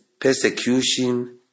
persecution